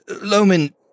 Loman